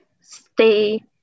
stay